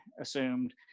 assumed